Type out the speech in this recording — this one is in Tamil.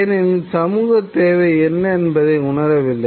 ஏனெனில் சமூகத் தேவை என்ன என்பதை உணரவில்லை